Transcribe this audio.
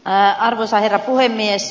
arvoisa herra puhemies